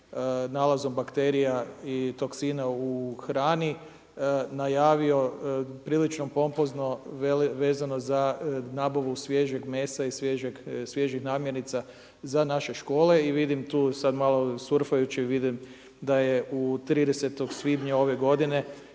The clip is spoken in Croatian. nalazom bakterija i toksina u hrani, najavio prilično pompozno vezano za nabavu sviježeg mesa i svježih namirnica za naše škole i vidim tu sad malo surfajući, vidim da je 30. svibnja ove godine,